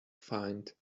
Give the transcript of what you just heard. find